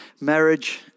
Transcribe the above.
marriage